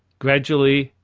gradually,